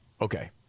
Okay